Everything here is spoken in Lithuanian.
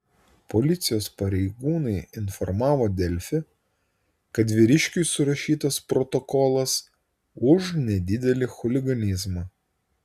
policijos pareigūnai informavo delfi kad vyriškiui surašytas protokolas už nedidelį chuliganizmą